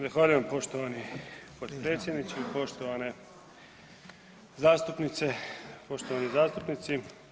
Zahvaljujem poštovani potpredsjedniče, poštovane zastupnice i poštovani zastupnici.